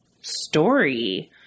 story